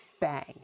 bang